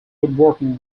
woodworking